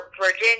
Virginia